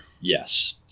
Yes